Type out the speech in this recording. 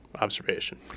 observation